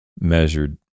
measured